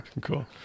cool